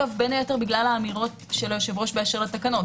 בין היתר בגלל האמירות של היושב-ראש באשר לתקנות.